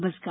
नमस्कार